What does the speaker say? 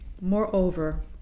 Moreover